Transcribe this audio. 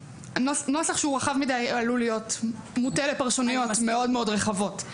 נוסח שהוא רחב מידי עלול להיות מוטה לפרשנויות מאוד מאוד רחבות.